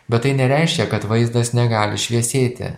bet tai nereiškia kad vaizdas negali šviesėti